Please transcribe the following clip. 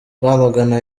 rwamagana